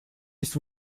есть